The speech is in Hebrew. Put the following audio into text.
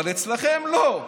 אבל אצלכם לא.